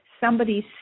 somebody's